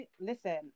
listen